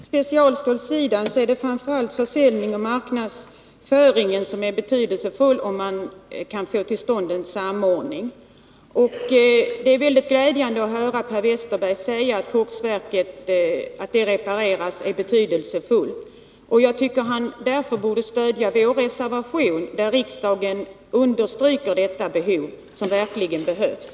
Herr talman! På specialstålssidan är det framför allt försäljning och marknadsföring som är betydelsefulla, om man kan få till stånd en samordning. Det är mycket glädjande att höra Per Westerberg säga att det är betydelsefullt att koksverket repareras. Därför borde han stödja vår reservation, enligt vilken riksdagen skulle understryka att en reparation verkligen behövs.